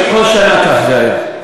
כל שנה כך זה היה.